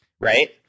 right